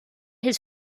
his